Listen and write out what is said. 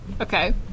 Okay